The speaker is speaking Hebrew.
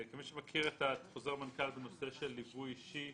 כמי שמכיר את חוזר מנכ"ל בנושא של ליווי אישי